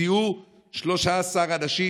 זיהו 13 אנשים,